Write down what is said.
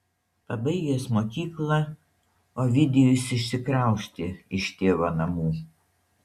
pabaigęs mokyklą ovidijus išsikraustė iš tėvo namų